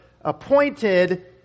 appointed